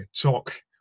talk